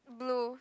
blue